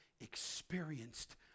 experienced